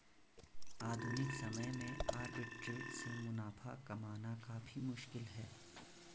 आधुनिक समय में आर्बिट्रेट से मुनाफा कमाना काफी मुश्किल है